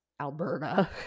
Alberta